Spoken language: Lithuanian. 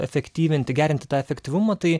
efektyvinti gerinti tą efektyvumą tai